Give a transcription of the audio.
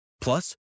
Plus